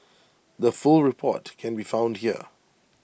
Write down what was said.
the full report can be found here